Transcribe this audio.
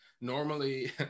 normally